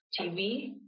TV